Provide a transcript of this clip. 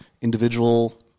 individual